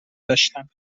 داشتند